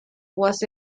was